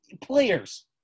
players